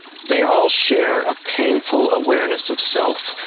they all share a painful awareness of self.